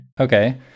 Okay